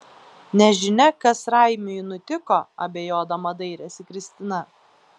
nežinia kas raimiui nutiko abejodama dairėsi kristina